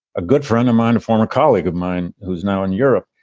a good friend of mine, a former colleague of mine who's now in europe,